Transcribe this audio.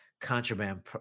contraband